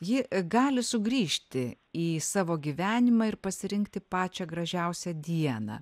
ji gali sugrįžti į savo gyvenimą ir pasirinkti pačią gražiausią dieną